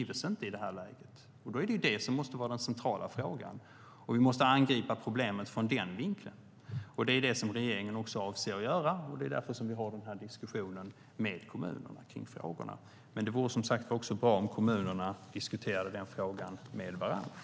Då måste det vara den centrala frågan, och vi måste angripa problemet från den vinkeln. Det är det som regeringen också avser att göra, och det är därför som vi har den här diskussionen med kommunerna kring frågorna. Men det vore, som sagt, också bra om kommunerna diskuterade den frågan med varandra.